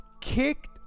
kicked